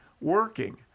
working